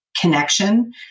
connection